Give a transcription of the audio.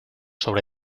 sobre